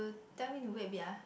you tell him to wait a bit ah